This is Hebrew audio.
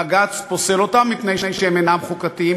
בג"ץ פוסל אותם מפני שהם אינם חוקתיים,